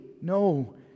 No